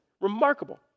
remarkable